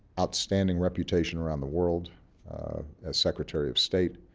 outstanding reputation around the world as secretary of state,